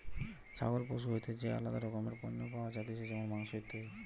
ছাগল পশু হইতে যে আলাদা রকমের পণ্য পাওয়া যাতিছে যেমন মাংস, ইত্যাদি